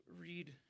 read